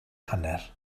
hanner